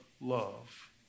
love